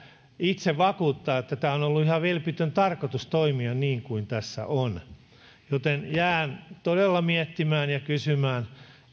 itse vakuuttaa että tämä on ollut ihan vilpitön tarkoitus toimia niin kuin tässä on joten jään todella miettimään ja kysymään